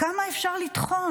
כמה אפשר לטחון?